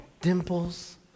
dimples